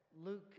Luke